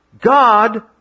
God